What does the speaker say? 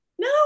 No